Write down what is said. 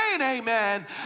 amen